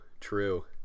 True